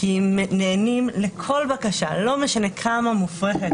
כי נענים לכל בקשה, כמה מופרכת